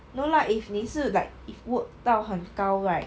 no lah if 你是 like if work 到很高 right